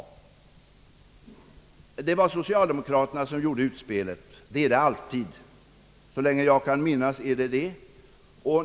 Det var här socialdemokraterna som gjorde utspelet. Så har det alltid varit så länge jag kan minnas.